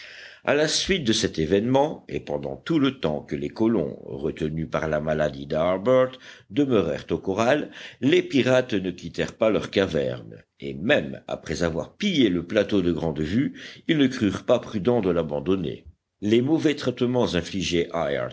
à la suite de cet événement et pendant tout le temps que les colons retenus par la maladie d'harbert demeurèrent au corral les pirates ne quittèrent pas leur caverne et même après avoir pillé le plateau de grande vue ils ne crurent pas prudent de l'abandonner les mauvais traitements infligés